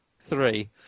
three